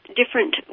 different